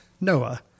Noah